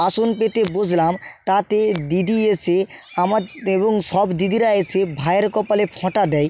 আসন পেতে বসলাম তাতে দিদি এসে আমার এবং সব দিদিরা এসে ভাইয়ের কপালে ফোঁটা দেয়